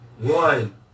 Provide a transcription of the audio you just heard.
One